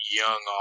young